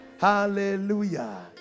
hallelujah